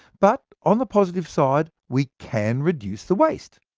but on the positive side, we can reduce the waste.